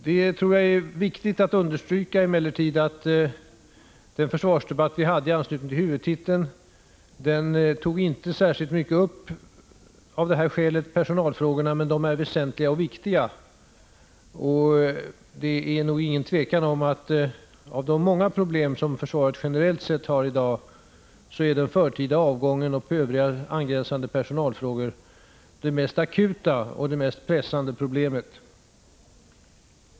Jag tror emellertid att det är viktigt att understryka att den försvarsdebatt vi hade i anslutning till huvudtiteln av det här skälet inte tog upp särskilt mycket om personalfrågorna. Men de är väsentliga och viktiga. Det råder nog inget tvivel om att av de många problem som försvaret generellt sett har i dag är den förtida avgången och övriga angränsande personalfrågor det mest akuta och mest pressande problemet.